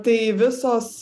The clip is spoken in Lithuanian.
tai visos